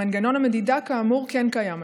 מנגנון המדידה כאמור כן קיים היום.